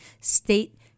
state